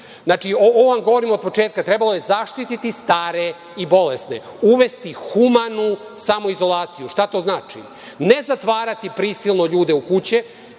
Znači ovo vam govorim od početka, trebalo je zaštiti stare i bolesne, uvesti humanu samoizolaciju. Šta to znači? Ne zatvarati prisilno ljude u kuće,